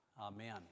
Amen